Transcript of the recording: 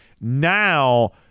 now